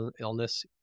illness